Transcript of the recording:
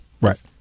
Right